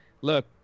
look